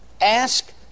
ask